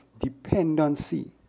dependency